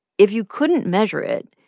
if you couldn't measure it,